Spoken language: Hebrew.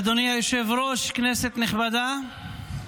אדוני היושב-ראש, כנסת נכבדה,